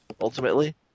Ultimately